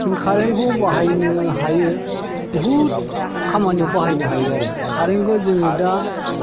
कारेनखौ बाहायनो हायो बहुद खामानियाव बाहायनो हायो आरो कारेनखौ जोङो दा